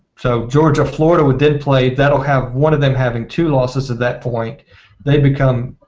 so georgia floral display that will have one of them having to losses at that point they become